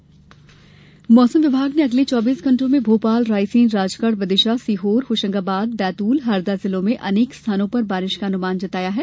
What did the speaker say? मौसम मौसम विभाग ने अगले चौबीस घण्टों में भोपाल रायसेन राजगढ़ विदिशा सीहोर होशंगाबाद बैतूल और हरदा जिलों में अनेक स्थानों पर बारिश का अनुमान जताया है